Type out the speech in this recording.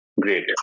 great